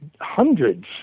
hundreds